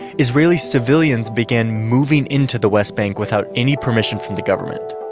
israeli civilians began moving into the west bank without any permission from the government.